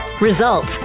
results